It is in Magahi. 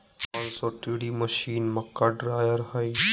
पांच सौ टी.डी मशीन, मक्का ड्रायर हइ